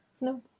No